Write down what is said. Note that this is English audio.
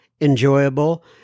enjoyable